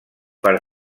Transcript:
per